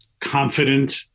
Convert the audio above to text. confident